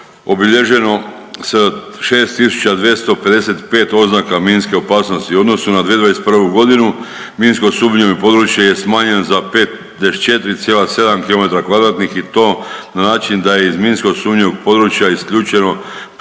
obilježeno sa 6255 oznaka minske opasnosti u odnosu na 2021. g. minsko sumnjivo područje je smanjeno za 54,7 km2 i to na način da je iz minskog sumnjivog područja isključeno 55,2